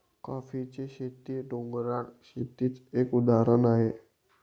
कॉफीची शेती, डोंगराळ शेतीच एक उदाहरण आहे